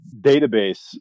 database